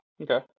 Okay